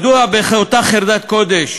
מדוע באותה חרדת קודש